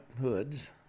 hoods